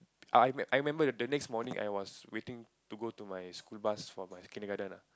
I I I remember the next morning I was waiting to go to my school bus for my kindergarten ah